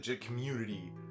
community